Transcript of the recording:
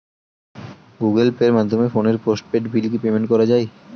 Google পের মাধ্যমে ফোনের পোষ্টপেইড বিল কি পেমেন্ট করা যায়?